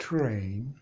Train